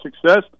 success